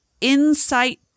insight